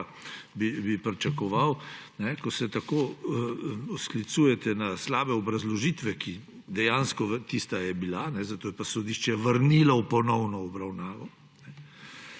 bi pričakoval, ko se tako sklicujete na slabe obrazložitve, dejansko je tista takšna bila, zato je pa sodišče vrnilo v ponovno obravnavo.